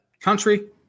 country